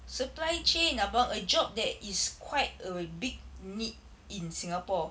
supply chain abang a job that is quite a big need in singapore